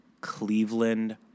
Cleveland